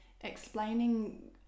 explaining